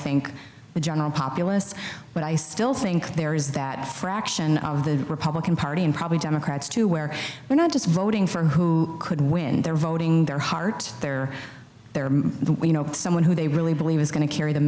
think the general populous but i still think there is that fraction of the republican party and probably democrats too where they're not just voting for who could win they're voting their heart their their you know someone who they really believe is going to carry the